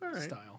style